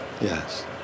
Yes